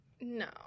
No